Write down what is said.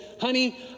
honey